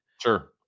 Sure